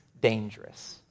dangerous